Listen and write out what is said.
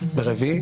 ביום רביעי.